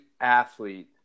athlete